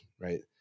Right